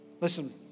Listen